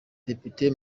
depite